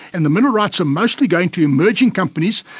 and the mineral rights are mostly going to emerging companies,